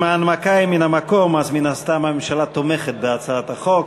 אם ההנמקה היא מהמקום אז מן הסתם הממשלה תומכת בהצעת החוק,